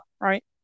right